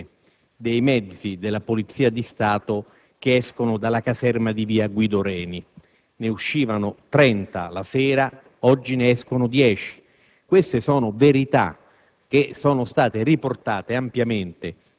a proposito della riduzione dei mezzi della Polizia di Stato che escono dalla caserma di Via Guido Reni: la sera ne uscivano 30, mentre adesso ne escono 10. Queste sono verità,